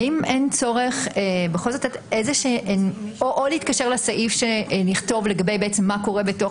האם אין צורך בכל זאת או לכתוב בסעיף לגבי מה קורה בתוך